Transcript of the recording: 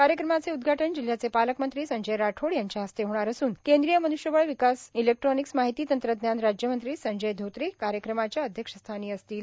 कार्यक्रमाचे उदघाटन जिल्याचे पालकमंत्री संजय राठोड यांच्या हस्ते होणार असून केंद्रीय मन्ष्यबळ विकास इलेक्ट्रॉनिक्स माहिती तंत्रज्ञान राज्यमंत्री संजय धोत्रे कार्यक्रमाच्या अध्यक्षस्थानी असतील